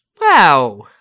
wow